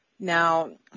now